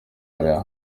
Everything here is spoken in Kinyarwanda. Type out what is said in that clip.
hariya